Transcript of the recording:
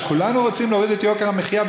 שכולנו רוצים להוריד את יוקר המחיה,